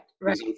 right